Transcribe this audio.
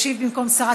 ישיב, במקום שרת